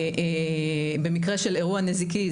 במקרה של אירוע נזיקי,